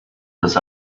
this